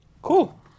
Cool